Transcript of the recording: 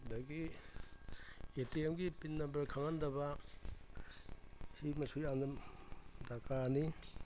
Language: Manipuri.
ꯑꯗꯒꯤ ꯑꯦ ꯇꯤ ꯑꯦꯝꯒꯤ ꯄꯤꯟ ꯅꯝꯕꯔ ꯈꯪꯍꯟꯗꯕ ꯁꯤꯃꯁꯨ ꯌꯥꯝꯅ ꯗꯔꯀꯥꯔꯅꯤ